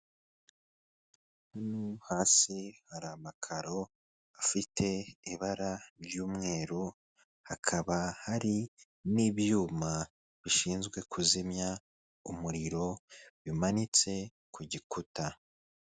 Hasi hari amakaro afite ibara ry'umweru, hakaba hari n'ibyuma bishinzwe kuzimya umuriro bimanitse ku gikuta.